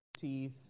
Teeth